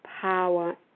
power